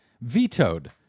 vetoed